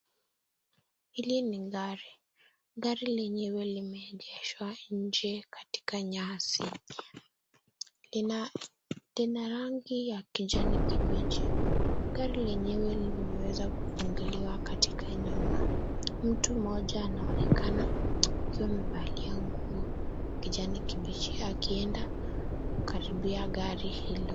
Hili ni gari. Gari lenyewe limeegeshwa nje katika nyasi. Lina rangi ya kijani kibichi. Gari lenyewe limeweza kufunguliwa katika nyuma. Mtu mmoja anaonekana akiwa amevalia nguo ya kijani kibichi akienda kukaribia gari hilo.